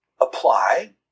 apply